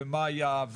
מאיה,